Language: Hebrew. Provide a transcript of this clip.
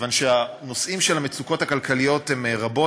כיוון שהנושאים של המצוקות הכלכליות הם רבים,